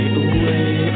away